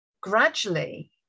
gradually